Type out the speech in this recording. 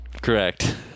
Correct